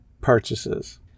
purchases